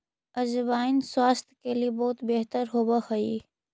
अजवाइन स्वास्थ्य के लिए बहुत बेहतर होवअ हई